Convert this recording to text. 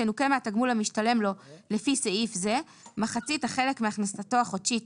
תנוכה מהתגמול המשתלם לו לפי סעיף זה מחצית החלק מהכנסתו החודשית